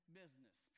business